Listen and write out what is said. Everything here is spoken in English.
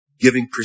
Giving